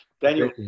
Daniel